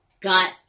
got